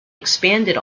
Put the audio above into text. expanded